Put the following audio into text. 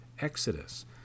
Exodus